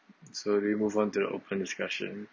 so we move on to the open discussion